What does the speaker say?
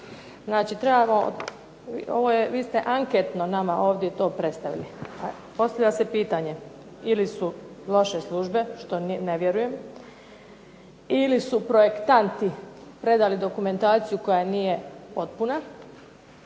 za investicije. Vi ste anketno nama to ovdje predstavili. Postavlja se pitanje ili su loše službe, što ne vjerujem ili su projektanti predali dokumentaciju koja nije potpuna